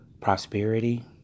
prosperity